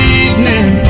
evening